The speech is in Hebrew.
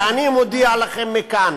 ואני מודיע לכם מכאן: